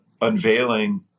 unveiling